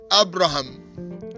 Abraham